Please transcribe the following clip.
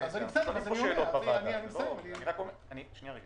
לא המבצעים הישירים אלא אתם תקצבתם את הרשות למקומות הקדושים.